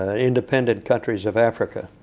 ah independent countries of africa.